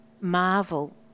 marvel